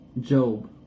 Job